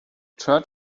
church